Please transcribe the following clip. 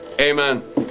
Amen